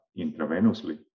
intravenously